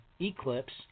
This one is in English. eclipse